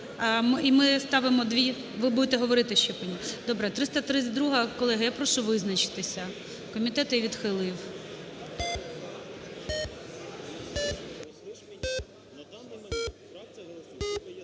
І ми ставимо дві… Ви будете говорити ще по ній, добре. 332-а. Колеги, я прошу визначитись. Комітет її відхилив.